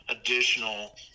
additional